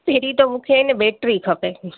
पहिरीं त मूंखे ने बैटरी खपे